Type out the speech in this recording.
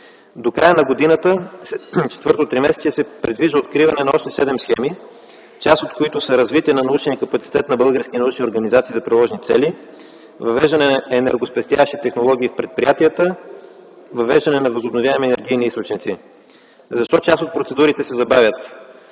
До края на годината (четвърто тримесечие) се предвижда откриване на още седем схеми, част от които са „Развитие на научния капацитет на български научни организации за приложни цели”, „Въвеждане на енергоспестяващи технологии в предприятията”, „Въвеждане на възобновяеми енергийни източници”. Защо част от процедурите се забавят?